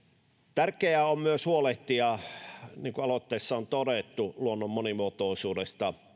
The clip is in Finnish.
tärkeää on myös huolehtia niin kuin aloitteessa on todettu luonnon monimuotoisuudesta